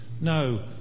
No